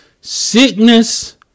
Sickness